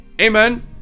Amen